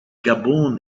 gabon